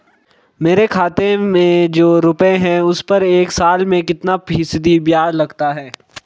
मेरे खाते में जो रुपये हैं उस पर एक साल में कितना फ़ीसदी ब्याज लगता है?